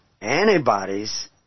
antibodies